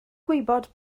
gwybod